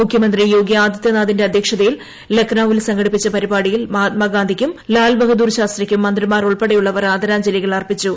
മുഖ്യമന്ത്രി യോഗി ആദിത്യനാഥിന്റെ അദ്ധ്യക്ഷതയിൽ ലക്നൌവിൽ സംഘടിപ്പിച്ച പരിപാടിയിൽ മഹാത്മാഗാന്ധിക്കും ലാൽ ബഹദൂർ ശാസ്ത്രിക്കും മന്ത്രിമാർ ഉൾപ്പെടെയുള്ളവർ ആദരാഞ്ജലികൾ അർപ്പിച്ചു